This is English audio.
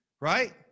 right